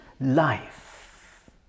life